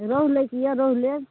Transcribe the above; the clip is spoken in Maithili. रोहु लैके यऽ रोहु लेब